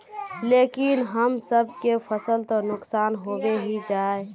लेकिन हम सब के फ़सल तो नुकसान होबे ही जाय?